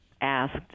asked